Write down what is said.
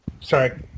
sorry